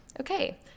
okay